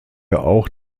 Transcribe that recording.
auch